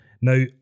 Now